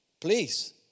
Please